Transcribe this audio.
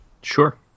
Sure